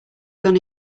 gun